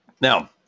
Now